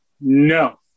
No